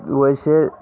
वैसे